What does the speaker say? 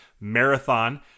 marathon